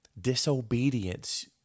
disobedience